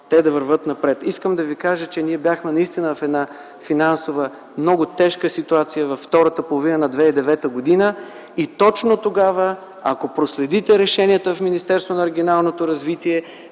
те да вървят напред! Искам да Ви кажа, че ние бяхме наистина в една финансова, много тежка ситуация във втората половина на 2009 г. и точно тогава, ако проследите решенията в Министерството на регионалното развитие